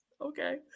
Okay